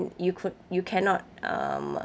you could you cannot um uh